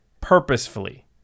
purposefully